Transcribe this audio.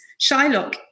Shylock